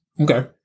Okay